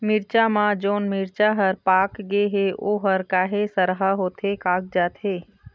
मिरचा म जोन मिरचा हर पाक गे हे ओहर काहे सरहा होथे कागजात हे?